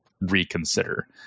reconsider